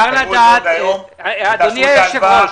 הלוואי